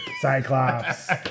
Cyclops